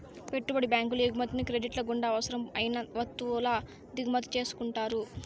పెట్టుబడి బ్యాంకులు ఎగుమతిని క్రెడిట్ల గుండా అవసరం అయిన వత్తువుల దిగుమతి చేసుకుంటారు